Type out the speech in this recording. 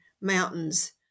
mountains